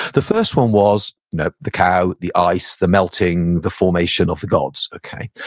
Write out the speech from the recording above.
the first one was note the cow, the ice, the melting, the formation of the gods. okay.